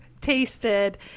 tasted